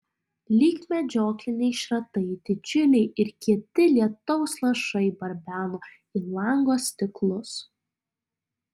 lyg medžiokliniai šratai didžiuliai ir kieti lietaus lašai barbeno į lango stiklus